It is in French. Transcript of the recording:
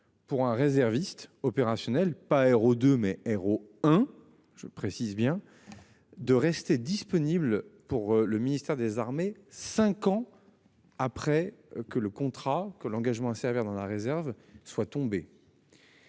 Pour un réserviste opérationnel pas héros de mais héros hein, je précise bien. De rester disponible pour le ministère des Armées, 5 ans. Après que le contrat que l'engagement à servir dans la réserve soit tombé.